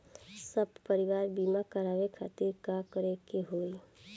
सपरिवार बीमा करवावे खातिर का करे के होई?